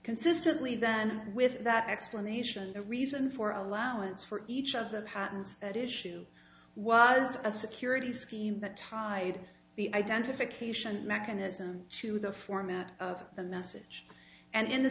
consistently then with that explanation the reason for allowance for each of the patents at issue was a security scheme that tied the identification mechanism to the format of the message and in the